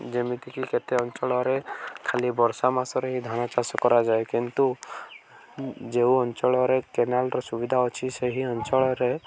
ଯେମିତିକି କେତେ ଅଞ୍ଚଳରେ ଖାଲି ବର୍ଷା ମାସରେ ହିଁ ଧାନ ଚାଷ କରାଯାଏ କିନ୍ତୁ ଯେଉଁ ଅଞ୍ଚଳରେ କେନାଲ୍ର ସୁବିଧା ଅଛି ସେହି ଅଞ୍ଚଳରେ